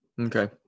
Okay